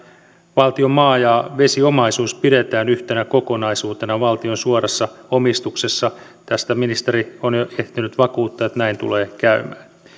valtion maa ja vesiomaisuus pidetään yhtenä kokonaisuutena valtion suorassa omistuksessa ministeri on jo ehtinyt vakuuttaa että näin tulee käymään